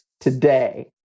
today